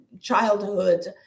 childhood